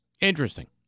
Interesting